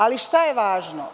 Ali, šta je važno?